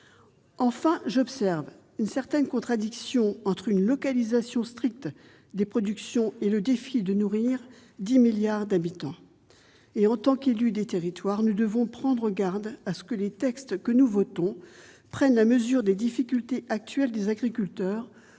Enfin, j'observe une certaine contradiction entre une localisation stricte des productions et le défi de nourrir 10 milliards d'habitants ! En tant qu'élus des territoires, nous devons veiller à ce que les textes que nous votons prennent la mesure des difficultés actuelles des agriculteurs,